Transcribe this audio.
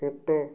ଖଟ